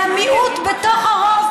והמיעוט בתוך הרוב,